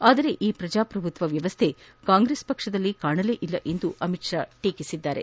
ಆದರೆ ಈ ಪ್ರಜಾಪ್ರಭುತ್ವ ವ್ಯವಸ್ಥೆ ಕಾಂಗ್ರೆಸ್ ಪಕ್ಷದಲ್ಲಿ ಕಾಣಲೇಇಲ್ಲ ಎಂದು ಅಮಿತ್ ಶಾ ಟೀಕಿಸಿದ್ಲಾರೆ